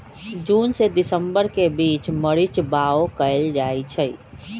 जून से दिसंबर के बीच मरीच बाओ कएल जाइछइ